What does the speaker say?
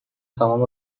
تمام